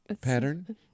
pattern